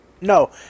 No